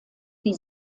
die